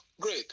Great